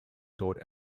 taught